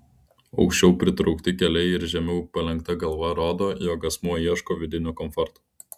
aukščiau pritraukti keliai ir žemiau palenkta galva rodo jog asmuo ieško vidinio komforto